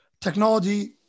technology